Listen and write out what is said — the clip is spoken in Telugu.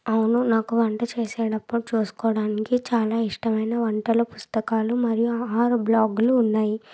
అవును నాకు వంట చేసేటప్పుడు చూసుకోవడానికి చాలా ఇష్టమైన వంటల పుస్తకాలు మరియు ఆహార బ్లాగ్లు ఉన్నాయి